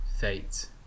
fate